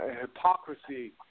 hypocrisy